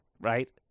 right